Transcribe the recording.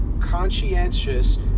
conscientious